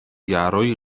jaroj